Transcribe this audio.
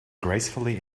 gracefully